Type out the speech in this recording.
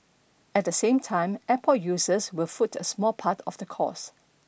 at the same time airport users will foot a small part of the cost